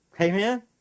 Amen